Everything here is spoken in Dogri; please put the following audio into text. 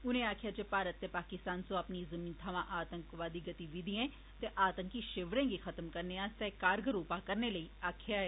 उनें आक्खेआ जे भारत नै पाकिस्तान सोयां अपनी जमीन थमां आतंकवादी गतिविधिएं ते आतंकी शिवरें गी खत्म करने आस्तै कारगर उपां करने लेई आक्खेआ ऐ